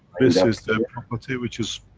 this is the property which is.